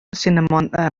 cinnamon